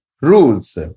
rules